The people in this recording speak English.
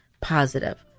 positive